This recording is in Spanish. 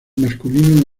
masculino